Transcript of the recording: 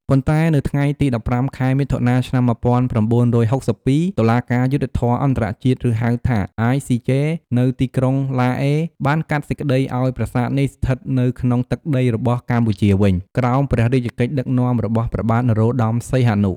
ប៉ុន្តែនៅថ្ងៃទី១៥ ខែមិថុនា ឆ្នាំ ១៩៦២ តុលាការយុត្តិធម៌អន្តរជាតិ ឬហៅថា ICJ នៅទីក្រុងឡាអេ បានកាត់សេចក្តីឱ្យប្រាសាទនេះស្ថិតនៅក្នុងទឹកដីរបស់កម្ពុជាវិញ ក្រោមព្រះរាជកិច្ចដឹកនាំរបស់ព្រះបាទនរោត្តម សីហនុ។